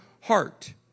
heart